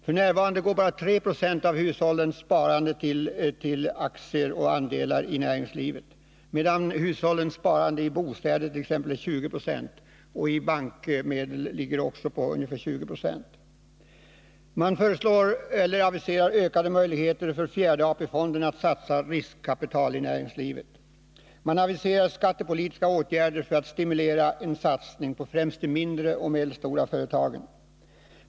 F. n. går bara 3 96 av hushållens sparande till aktier och andelar i näringslivet, medan hushållens sparande t.ex. i bostäder är 20 26 och i bankmedel även är ca 20 96. Man aviserar vidare ökade möjligheter för fjärde AP-fonden att satsa riskkapital i näringslivet. Man aviserar skattepolitiska åtgärder för att stimulera en satsning på främst de mindre och medelstora företagen.